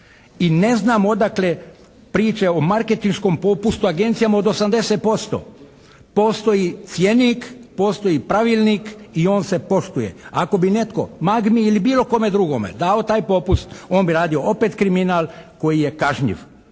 I ne znam odakle priče o marketinškom popustu agencijama od 80%. Postoji cjenik, postoji pravilnik i on se poštuje. Ako bi netko "Magmi" ili bilo kome drugome dao taj popust on bi radio opet kriminal koji je kažnjiv.